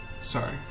Sorry